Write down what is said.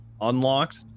unlocked